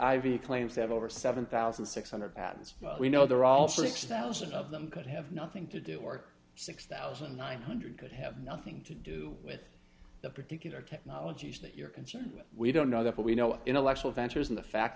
v claims to have over seven thousand six hundred patents we know they're all six thousand of them could have nothing to do or six thousand nine hundred could have nothing to do with the particular technologies that you're concerned with we don't know that but we know our intellectual ventures and the fact